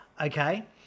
okay